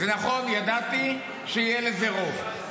נכון, ידעתי שיהיה לזה רוב,